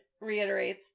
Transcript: reiterates